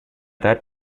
that